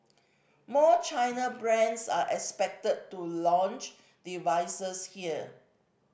more China brands are expected to launch devices here